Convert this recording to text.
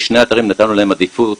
לשני אתרים נתנו עדיפות,